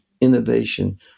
innovation